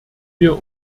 wir